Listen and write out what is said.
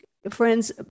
friends